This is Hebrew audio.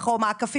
זה לא אחריות שלי,